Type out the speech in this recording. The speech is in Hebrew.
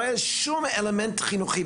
לא היה לזה שום אלמנט חינוכי.